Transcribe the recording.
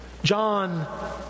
John